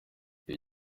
ibi